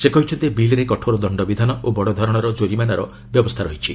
ସେ କହିଛନ୍ତି ବିଲ୍ରେ କଠୋର ଦଣ୍ଡବିଧାନ ଓ ବଡ଼ଧରଣର ଜୋରିମାନାର ବ୍ୟବସ୍ଥା ରହିଛି